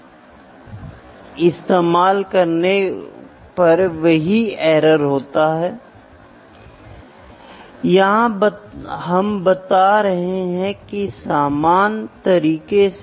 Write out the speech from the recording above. empirical का मतलब आप कुछ प्रयोग करते हैं और फिर आप मॉडल के साथ आने की कोशिश करते हैं